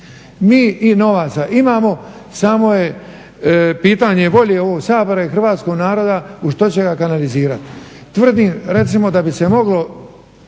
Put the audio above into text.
Mi i novaca imamo samo je pitanje ovoga Sabora i hrvatskoga naroda u što će ga kanalizirati. Tvrdim, recimo, da bi se moglo